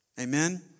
Amen